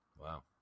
Wow